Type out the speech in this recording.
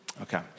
Okay